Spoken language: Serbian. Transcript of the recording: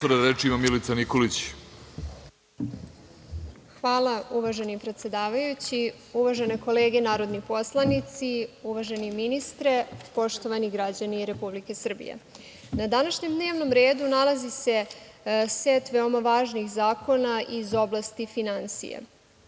Hvala, uvaženi predsedavajući. Uvažene kolege narodni poslanici, uvaženi ministre, poštovani građani Republike Srbije, na današnjem dnevnom redu nalazi se set veoma važnih zakona iz oblasti finansija.